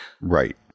right